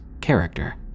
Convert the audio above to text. character